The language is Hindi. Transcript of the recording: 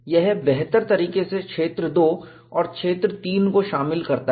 यह बेहतर तरीके से क्षेत्र II और क्षेत्र III को शामिल करता है